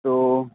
तो